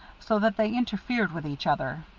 so that they interfered with each other,